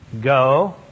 go